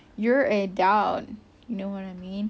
you're adult you know what I mean